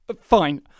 Fine